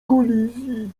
kolizji